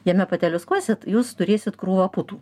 jame pateliūskuosit jūs turėsit krūvą putų